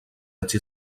été